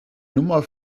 nummer